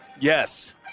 Yes